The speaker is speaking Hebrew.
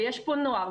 ויש פה נוער,